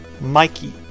Mikey